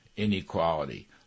inequality